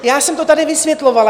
Já jsem to tady vysvětlovala.